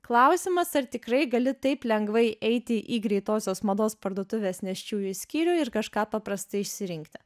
klausimas ar tikrai gali taip lengvai eiti į greitosios mados parduotuvės nėščiųjų skyrių ir kažką paprastai išsirinkti